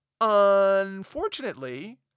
Unfortunately